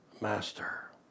master